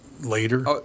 later